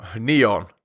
Neon